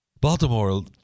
Baltimore